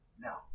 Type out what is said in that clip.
now